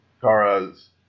Kara's